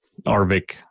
Arvik